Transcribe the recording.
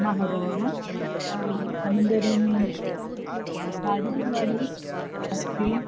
महोदयः अनन्तरं अस्ति